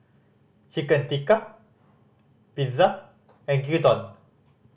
Chicken Tikka Pizza and Gyudon